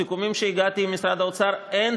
בסיכומים שהגעתי אליהם עם משרד האוצר אין